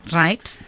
right